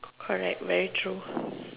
correct very true